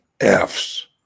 F's